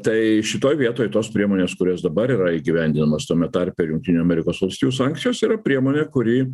tai šitoj vietoj tos priemonės kurios dabar yra įgyvendinamos tame tarpe ir jungtinių amerikos valstijų sankcijos yra priemonė kuri